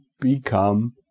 become